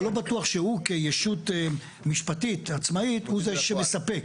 אבל לא בטוח שהוא כישות משפטית עצמאית הוא זה שמספק.